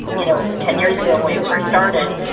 you know, ten years ago when we first started,